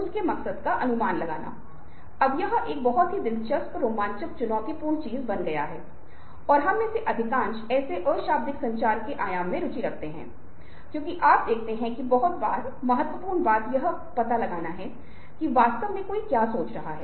हेरफेर या अनुनय करने वाले व्यक्ति का इरादा बहुत बार यह तय करता है कि यह हेरफेर है या अनुनय है क्योंकि यदि आपके इरादे अच्छे हैं तो आप वास्तव में निर्दोष हैं